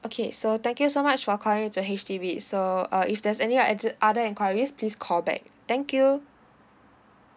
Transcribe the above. okay so thank you so much for calling in to H_D_B so uh if there's any or added other enquiries please call back thank you